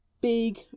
big